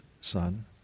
son